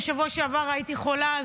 בשבוע שעבר הייתי חולה,